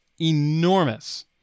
enormous